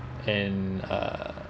and err